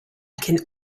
can